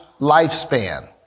lifespan